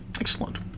excellent